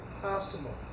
possible